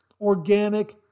organic